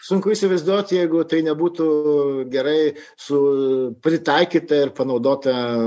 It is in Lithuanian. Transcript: sunku įsivaizduot jeigu tai nebūtų gerai su pritaikyta ir panaudota